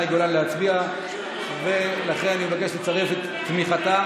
והכנתה לקריאה ראשונה בוועדת החוקה,